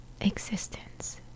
Existence